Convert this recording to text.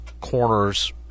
corners